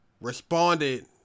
responded